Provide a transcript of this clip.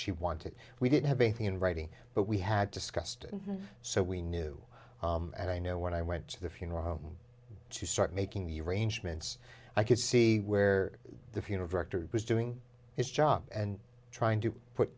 she wanted we didn't have anything in writing but we had discussed it and so we knew and i know when i went to the funeral home to start making the arrangements i could see where the funeral director was doing his job and trying